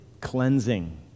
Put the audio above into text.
cleansing